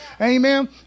Amen